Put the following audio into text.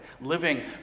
living